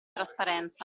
trasparenza